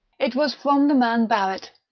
it was from the man barrett,